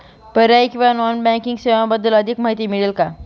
पर्यायी किंवा non banking सेवांबद्दल अधिक माहिती मिळेल का?